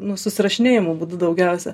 nu susirašinėjimo būdu daugiausia